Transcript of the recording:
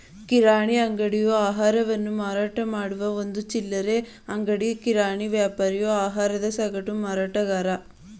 ಕಿರಾಣಿ ಅಂಗಡಿಯು ಆಹಾರವನ್ನು ಮಾರಾಟಮಾಡುವ ಒಂದು ಚಿಲ್ಲರೆ ಅಂಗಡಿ ಕಿರಾಣಿ ವ್ಯಾಪಾರಿಯು ಆಹಾರದ ಸಗಟು ಮಾರಾಟಗಾರ